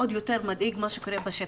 עוד יותר מדאיג מה שקורה בשטח.